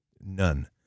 None